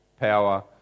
power